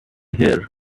here